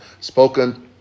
spoken